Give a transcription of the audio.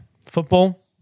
football